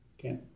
Okay